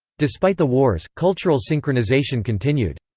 despite the wars, cultural synchronisation continued.